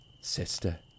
Sister